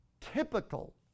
typical